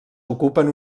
ocupen